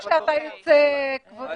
יש לי שאלה לפני שאתה יוצא, כבודו.